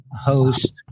host